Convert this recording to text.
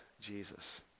Jesus